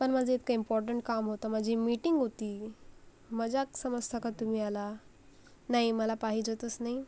पण माझं इतकं इम्पॉर्टंट काम होतं माझी मीटिंग होती मजाक समजता का तुम्ही ह्याला नाही मला पाहिजेतच नाही